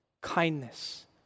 Kindness